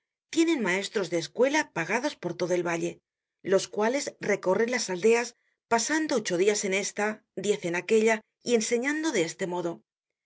tienen maestros de escuela pagados por todo el valle los cuales recorren las aldeas pasando ocho dias en esta diez en aquella y enseñando de este modo